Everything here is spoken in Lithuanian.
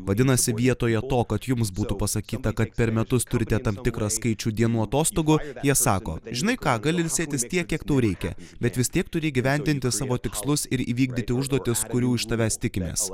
vadinasi vietoje to kad jums būtų pasakyta kad per metus turite tam tikrą skaičių dienų atostogų jie sako žinai ką gali ilsėtis tiek kiek tau reikia bet vis tiek turi įgyvendinti savo tikslus ir įvykdyti užduotis kurių iš tavęs tikimės